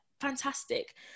fantastic